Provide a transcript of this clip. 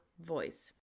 voice